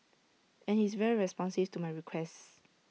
and he's very responsive to my requests